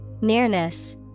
Nearness